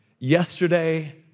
yesterday